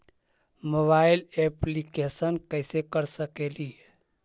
Mobile application कैसे कर सकेली?